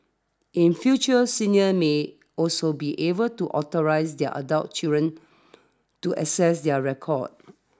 in future seniors may also be able to authorise their adult children to access their records